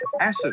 acid